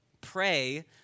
pray